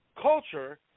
culture